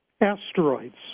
asteroids